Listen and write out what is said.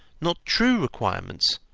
not true requirements,